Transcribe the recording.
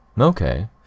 Okay